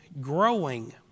growing